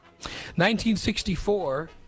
1964